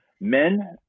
Men